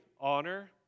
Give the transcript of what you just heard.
honor